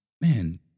man